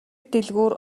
дэлгүүр